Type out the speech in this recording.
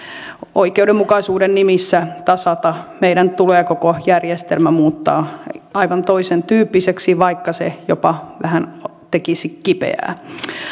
oikeudenmukaisuuden nimissä tasata meidän tulee koko järjestelmä muuttaa aivan toisen tyyppiseksi vaikka se jopa vähän tekisi kipeää